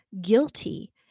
guilty